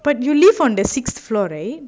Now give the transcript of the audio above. but you live on the sixth floor right